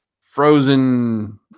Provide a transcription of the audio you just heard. frozen